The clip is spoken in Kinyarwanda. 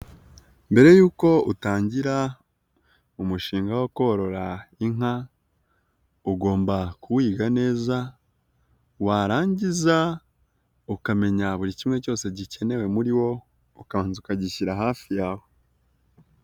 Mbere yuko utangira umushinga wo korora inka, ugomba kuwiga neza, warangiza ukamenya buri kimwe cyose gikenewe muri wo, ukabanza ukagishyira hafi yawe.